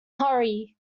hurry